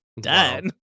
done